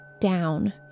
down